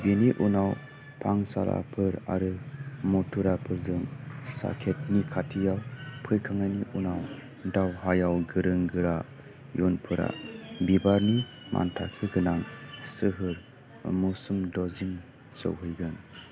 बिनि उनाव फांसाराफोर आरो मथुराफोरजों साकेतनि खाथियाव फैखांनायनि उनाव दावहायाव गोरों गोरा इयुनफोरा बिबारनि मानथाखो गोनां सोहोर मसुम दजिम सौहैगोन